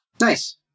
Nice